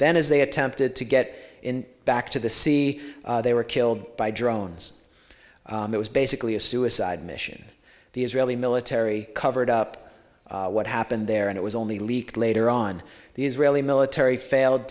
then as they attempted to get back to the sea they were killed by drones it was basically a suicide mission the israeli military covered up what happened there and it was only leaked later on the israeli military failed